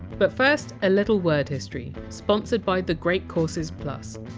but first, a little word history, sponsored by the great courses plus.